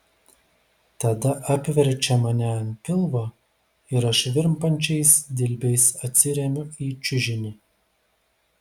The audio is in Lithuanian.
tada apverčia mane ant pilvo ir aš virpančiais dilbiais atsiremiu į čiužinį